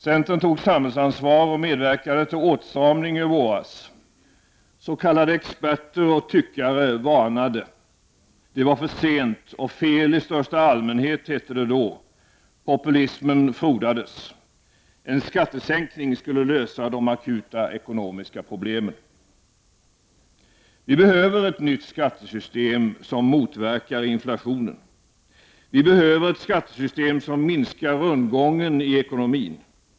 Centern tog samhällsansvar och medverkade till en åtstramning i våras. S.k. experter och tyckare varnade; det var för sent och fel i största allmänhet, hette det då. Populismen frodades. En skattesänkning skulle lösa de akuta ekonomiska problemen. Vi behöver ett nytt skattesystem som motverkar inflationen. Vi behöver ett skattesystem som minskar rundgången i ekonomin.